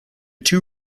two